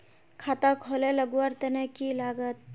खाता खोले लगवार तने की लागत?